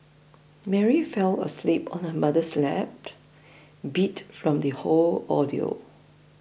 Mary fell asleep on her mother's lap beat from the whole ordeal